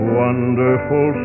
wonderful